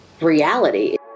reality